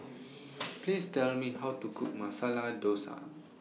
Please Tell Me How to Cook Masala Dosa